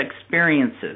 Experiences